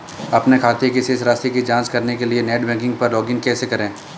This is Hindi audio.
अपने खाते की शेष राशि की जांच करने के लिए नेट बैंकिंग पर लॉगइन कैसे करें?